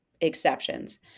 exceptions